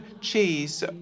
cheese